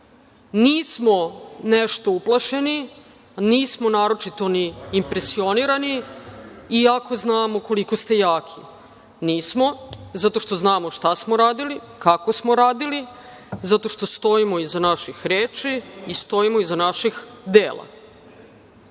Nismo nešto uplašeni, nismo naročito ni impresionirani, iako znamo koliko ste jaki. Nismo, zato što znamo šta smo radili, kako smo radili, zato što stojimo iza naših reči i stojimo iza naših dela. Vi